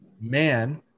Man